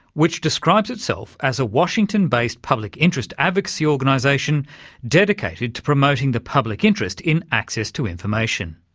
which describes itself as a washington-based public interest advocacy organisation dedicated to promoting the public interest in access to information.